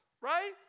right